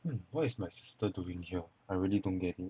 hmm what is my sister doing here I really don't get it